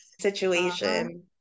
situation